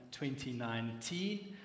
2019